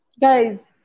Guys